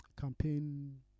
campaign